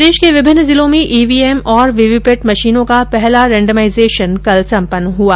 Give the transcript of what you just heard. प्रदेश के विभिन्न जिलों में ईवीएम और वीवीपेट मशीनों का पहला रेन्डमाइजेशन कल संपन्न हुआ